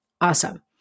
Awesome